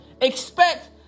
Expect